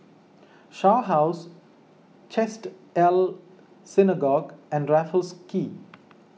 Shaw House Chesed El Synagogue and Raffles Quay